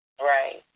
Right